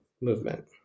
movement